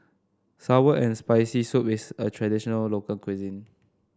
sour and Spicy Soup is a traditional local cuisine